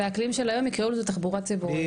ובאקלים של היום יקראו לזה תחבורה ציבורית.